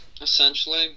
essentially